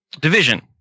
Division